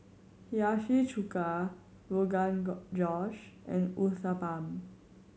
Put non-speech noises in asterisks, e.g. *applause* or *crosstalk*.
Hiyashi Chuka Rogan *noise* Josh and Uthapam